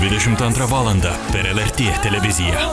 dvidešimt antrą valandą per lrt televiziją